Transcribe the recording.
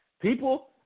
People